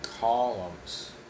columns